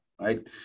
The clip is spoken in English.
right